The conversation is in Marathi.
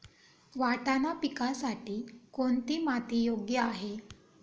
वाटाणा पिकासाठी कोणती माती योग्य आहे?